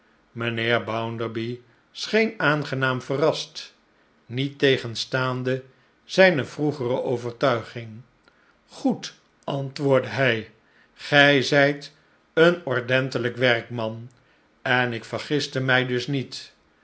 mijnheer bounderby scheen aangenaam verrast niettegenstaande zijne vroegere overtuiging goed antwoordde hi gij zijt een ordentelijk werkman en ik vergiste mij dus niet